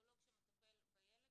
מהקרדיולוג שמטפל בילד,